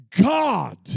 God